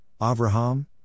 Avraham